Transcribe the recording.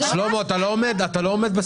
שלמה, אתה לא עומד בסיכום.